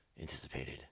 anticipated